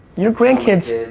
you're grandkids,